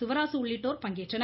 சிவராசு உள்ளிட்டோர் பங்கேற்றனர்